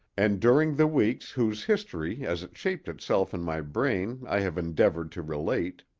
and during the weeks whose history as it shaped itself in my brain i have endeavored to relate,